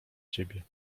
ciebie